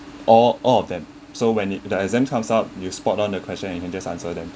all all of them so when it the exam comes up you spot on the question and you can just answer them